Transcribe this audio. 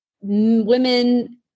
women